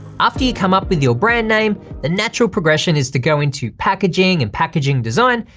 after you come up with your brand name, the natural progression is to go into packaging and packaging design,